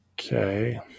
okay